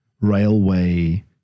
railway